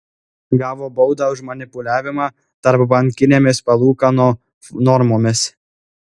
gavo baudą už manipuliavimą tarpbankinėmis palūkanų normomis